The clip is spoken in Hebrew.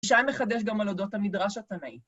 ‫שי מחדש גם על אודות המדרשת התנאי.